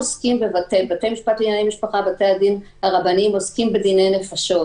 בתי-הדין לענייני משפחה ובתי-הדין הרבניים עוסקים בדיני נפשות.